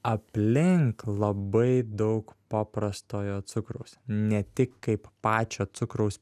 aplink labai daug paprastojo cukraus ne tik kaip pačio cukraus